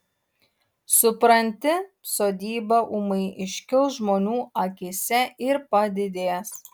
supranti sodyba ūmai iškils žmonių akyse ir padidės